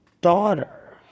daughter